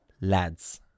Lads